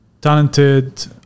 talented